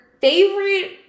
favorite